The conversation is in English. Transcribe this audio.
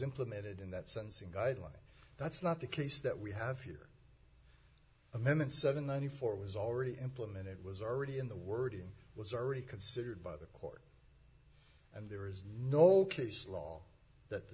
implemented in that sense a guideline that's not the case that we have here a minute seven ninety four was already implemented it was already in the wording was already considered by the court and there is no case law that the